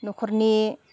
न'खरनि